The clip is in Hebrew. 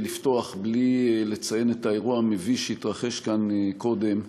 לפתוח בלי לציין את האירוע המביש שהתרחש כאן קודם,